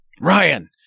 Ryan